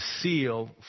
seal